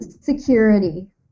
security